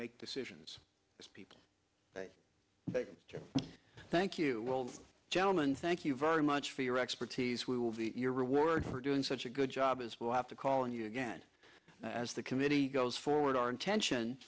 make decisions as people thank you gentlemen thank you very much for your expertise we will be your reward for doing such a good job as we'll have to call on you again as the committee goes forward our intention